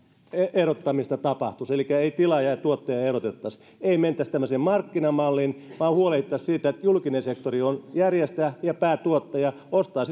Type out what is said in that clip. erottamista tapahtuisi elikkä ei tilaajaa ja tuottajaa erotettaisi niin ei mentäisi tämmöiseen markkinamalliin vaan huolehdittaisiin siitä että julkinen sektori on järjestäjä ja päätuottaja ja ostaa